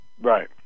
Right